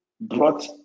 brought